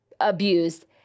abused